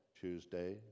Tuesday